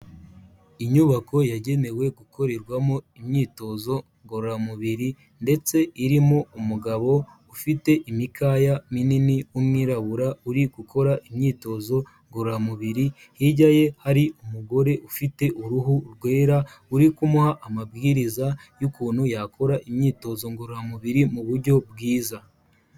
Inyubako yagenewe gukorerwamo imyitozo ngororamubiri ndetse irimo umugabo ufite imikaya minini w'umwirabura uri gukora imyitozo ngororamubiri, hirya ye hari umugore ufite uruhu rwera uri kumuha amabwiriza y'ukuntu yakora imyitozo ngororamubiri mu buryo bwiza.